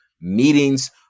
meetings